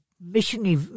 missionary